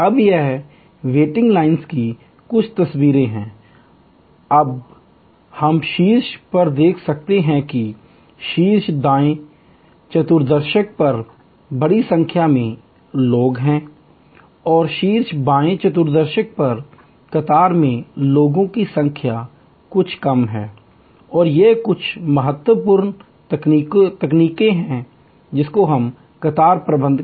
अब यहाँ waiting lines की कुछ तस्वीरें हैं अब हम शीर्ष पर देख सकते हैं कि शीर्ष दाएँ चतुर्थांश पर बड़ी संख्या में लोग हैं और शीर्ष बाएँ चतुर्थांश पर कतार में लोगों की संख्या कम है और ये कुछ महत्वपूर्ण तकनीकें हैं कतार प्रबंधन